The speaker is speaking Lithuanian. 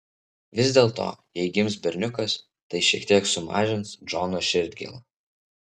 vis dėlto jei gims berniukas tai šiek tiek sumažins džono širdgėlą